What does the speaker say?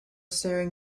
staring